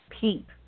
peep